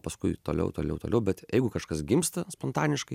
paskui toliau toliau toliau bet jeigu kažkas gimsta spontaniškai